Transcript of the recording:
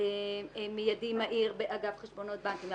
מיידי ומהיר באגף חשבונות בנקים.